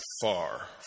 far